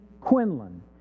Quinlan